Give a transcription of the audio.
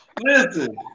Listen